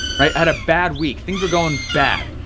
right? i had a bad week, things were going bad.